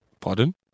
pardon